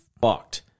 fucked